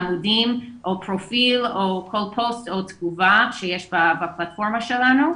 עמודים או פרופיל או כל פוסט או תגובה שיש בפלטפורמה שלנו.